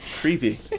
Creepy